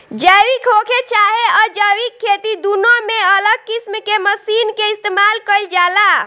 जैविक होखे चाहे अजैविक खेती दुनो में अलग किस्म के मशीन के इस्तमाल कईल जाला